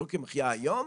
ליוקר המחייה היום,